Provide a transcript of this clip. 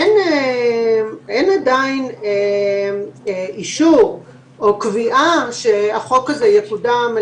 אין עדיין אישור או קביעה שהחוק הזה יקודם על